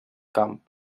camp